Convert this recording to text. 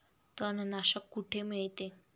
तणनाशक कुठे मिळते?